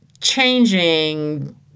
changing